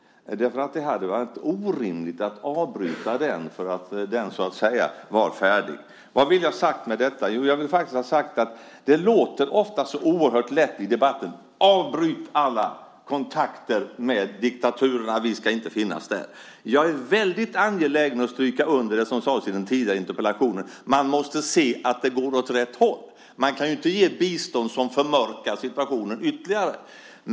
Det hade varit orimligt att avbryta den. Vad vill jag då ha sagt med detta? Det är lätt att i debatten säga: Avbryt alla kontakter med diktaturer! Men jag är angelägen om att stryka under det som sades i den förra interpellationsdebatten: Man måste se till att det går åt rätt håll. Man ska inte ge bistånd som ytterligare förmörkar situationen.